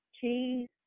cheese